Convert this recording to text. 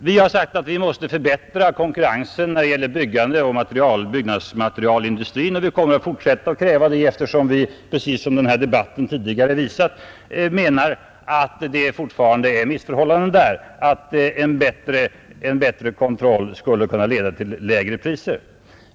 Vi har sagt att vi måste förbättra konkurrensen när det gäller byggandet och byggmaterialindustrin, och vi kommer att fortsätta att kräva det eftersom vi menar att det fortfarande råder missförhållande där och att en bättre kontroll skulle kunna leda till lägre priser.